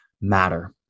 matter